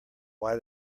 why